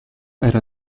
era